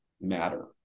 matter